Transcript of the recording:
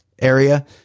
area